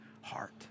heart